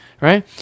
Right